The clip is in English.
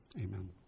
amen